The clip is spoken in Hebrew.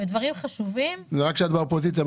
בדברים חשובים --- זה רק כשאת באופוזיציה,